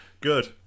Good